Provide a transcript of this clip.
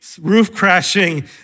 roof-crashing